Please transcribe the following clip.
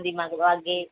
अन्तिमे विभागे